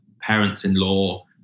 parents-in-law